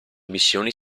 missioni